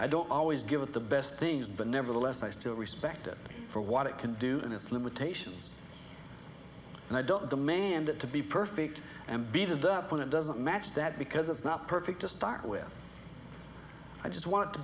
i don't always give it the best things but nevertheless i still respect it for what it can do and its limitations and i don't demand it to be perfect and be to the point it doesn't match that because it's not perfect to start with i just want to